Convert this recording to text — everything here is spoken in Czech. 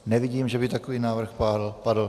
Nevidím, že by takový návrh padl.